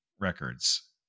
records